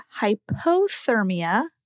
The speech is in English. hypothermia